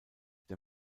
der